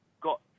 got